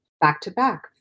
back-to-back